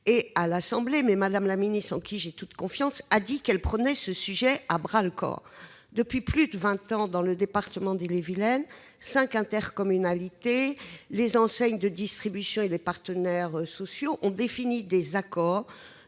de l'économie et des finances, en qui j'ai toute confiance, a indiqué qu'elle prenait ce sujet « à bras-le-corps ». Depuis plus de vingt ans, dans le département d'Ille-et-Vilaine, cinq intercommunalités, les enseignes de distribution et les partenaires sociaux ont défini des accords